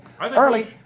early